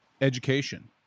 education